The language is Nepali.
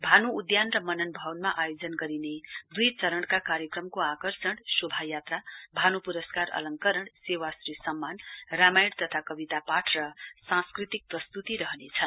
भानु उधान र मनन भवनमा आयोजन गरिने दुई चरणका कार्यक्रमको आकर्षण शोभायात्रा भानु पुरस्कार अलङ्करण सेवाश्री सम्मान रामायण तथा कविता पाठ र सांस्कृतिक प्रस्तुती रहनेछन्